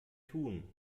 tun